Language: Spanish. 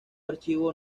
archivo